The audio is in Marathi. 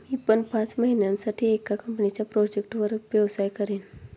मी पण पाच महिन्यासाठी एका कंपनीच्या प्रोजेक्टवर व्यवसाय करीन